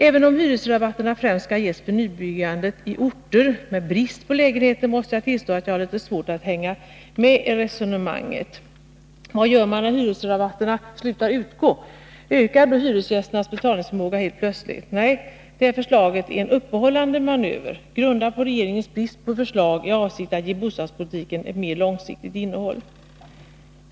Även om hyresrabatterna främst skall ges för nybyggande i orter med brist på lägenheter, måste jag tillstå att jag har litet svårt att hänga med i resonemanget. Vad gör man när hyresrabatterna slutar utgå? Ökar då hyresgästernas betalningsförmåga helt plötsligt? Nej, det här förslaget är en uppehållande manöver grundad på regeringens brist på förslag i avsikt att ge bostadspolitiken ett mer långsiktigt innehåll.